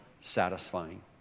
satisfying